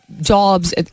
jobs